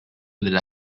della